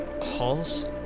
Halls